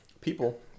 People